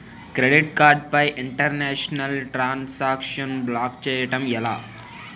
Credit card పై international transaction block చేయటం ఎలా?